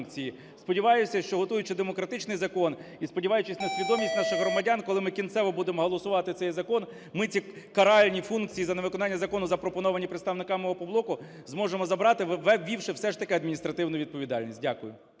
Сподіваюся, що готуючи демократичний закон і сподіваючись на свідомість наших громадян, коли ми кінцево будемо голосувати цей закон, ми ці каральні функції за невиконання закону, запропоновані представниками "Опоблоку", зможемо забрати, ввівши все ж таки адміністративну відповідальність. Дякую.